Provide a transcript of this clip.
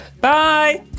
Bye